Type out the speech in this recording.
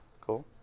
Cool